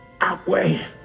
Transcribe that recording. outweigh